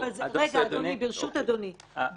ברשות אדוני,